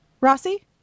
Rossi